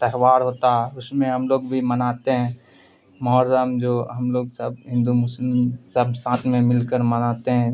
تہوار ہوتا ہے اس میں ہم لوگ بھی مناتے ہیں محرم جو ہم لوگ سب ہندو مسلم سب ساتھ میں مل کر مناتے ہیں